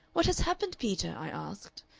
what has happened, peter i asked.